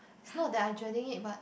it's not that I dreading it but